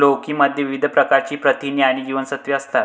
लौकी मध्ये विविध प्रकारची प्रथिने आणि जीवनसत्त्वे असतात